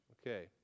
Okay